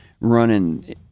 running